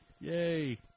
Yay